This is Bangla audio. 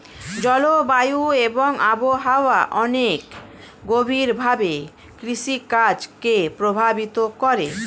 জলবায়ু এবং আবহাওয়া অনেক গভীরভাবে কৃষিকাজ কে প্রভাবিত করে